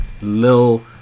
Lil